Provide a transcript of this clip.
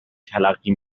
تلقی